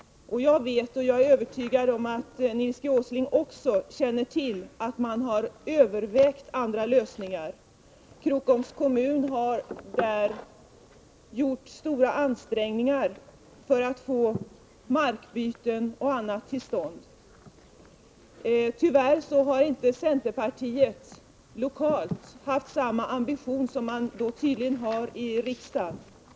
Jag vet — och jag är övertygad om att Nils Åsling också känner till det — att andra lösningar har övervägts. Krokoms kommun har gjort stora ansträngningar för att få markbyten och annat till stånd. Tyvärr har centerpartiet lokalt inte haft samma ambition som man tydligen har här i riksdagen.